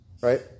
right